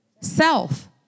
self